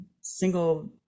single